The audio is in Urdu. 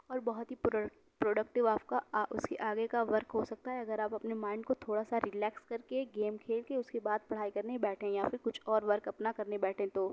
اور بہت ہی پرو پروڈکٹیو آپ کا اُس کے آگے کا ورک ہو سکتا ہے اگر آپ اپنے مائنڈ کو تھوڑا سا ریلیکس کر کے گیم کھیل کے اُس کے بعد پڑھائی کرنے بیٹھیں یا پھر کچھ اور ورک اپنا کرنے بیٹھیں تو